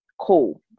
cool